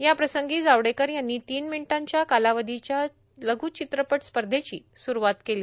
याप्रसंगी जावडेकर यांनी तीन मिनटांच्या कालावधीच्या लघू चित्रपट स्पर्धेची सुरूवात केली